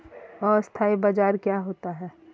अस्थानी बाजार क्या होता है?